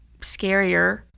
scarier